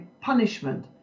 punishment